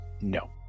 No